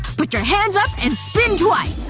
put your hands up and spin twice.